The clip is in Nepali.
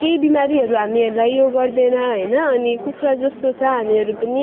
केही बिमारीहरू हामीहरूलाई उयो गर्दैन होइन अनि कुखुरा जस्तो छ हामीहरू पनि